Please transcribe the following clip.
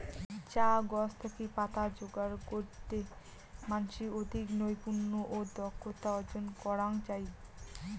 চা গছ থাকি পাতা যোগার কইরতে মানষি অধিক নৈপুণ্য ও দক্ষতা অর্জন করাং চাই